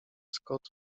scott